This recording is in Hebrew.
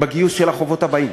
בגיוס של החובות הבאים,